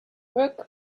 burke